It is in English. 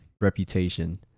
reputation